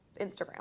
Instagram